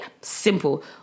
simple